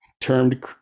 termed